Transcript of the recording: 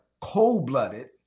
cold-blooded